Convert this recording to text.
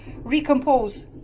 recompose